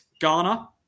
Ghana